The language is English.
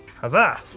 hazza!